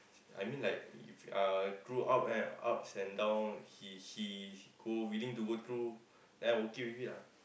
I mean like if uh through up and ups and down she she go willing to work through then I'm okay with it lah